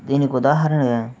దీనికి ఉదాహరణగా